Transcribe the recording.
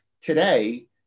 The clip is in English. Today